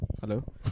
Hello